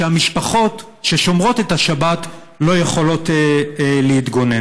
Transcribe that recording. כשהמשפחות ששומרות את השבת לא יכולות להתגונן?